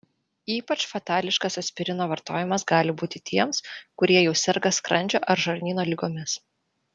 ypač fatališkas aspirino vartojimas gali būti tiems kurie jau serga skrandžio ar žarnyno ligomis